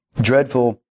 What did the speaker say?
dreadful